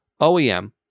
OEM